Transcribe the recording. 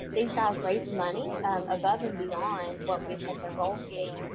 these guys raised money above and beyond what we set their goal to be.